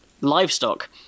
livestock